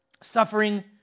Suffering